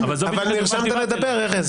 ארז, נרשמת לגבר.